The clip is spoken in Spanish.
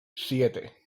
siete